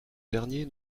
dernier